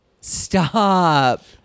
stop